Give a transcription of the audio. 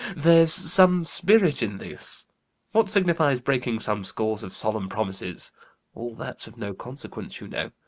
there's some spirit in this what signifies breaking some scores of solemn promises all that's of no consequence, you know.